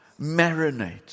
marinate